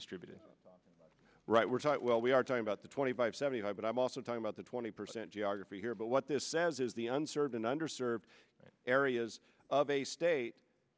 distributed right we're taught well we are talking about the twenty five seventy five but i'm also talking about the twenty percent geography here but what this says is the uncertain under served areas of a state